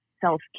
self